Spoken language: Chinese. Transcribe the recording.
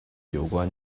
有关